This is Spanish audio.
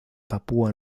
papúa